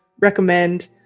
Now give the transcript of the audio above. recommend